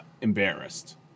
embarrassed